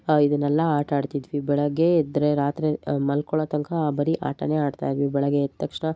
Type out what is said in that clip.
ಇದನ್ನೆಲ್ಲ ಆಟ ಆಡ್ತಿದ್ವಿ ಬೆಳಗ್ಗೆ ಎದ್ದರೆ ರಾತ್ರಿ ಮಲ್ಕೊಳ್ಳೊ ತನಕ ಬರಿ ಆಟನೆ ಆಡ್ತಾಯಿದ್ವಿ ಬೆಳಿಗ್ಗೆ ಎದ್ದ ತಕ್ಷಣ